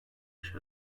yaş